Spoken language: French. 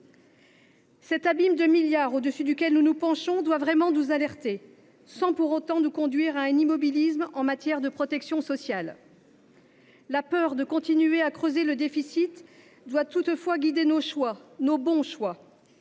Cet abîme de milliards au dessus duquel nous nous penchons doit nous alerter sans pour autant nous conduire à l’immobilisme en matière de protection sociale. La peur de continuer à creuser le déficit doit toutefois guider nos choix, les bons, ceux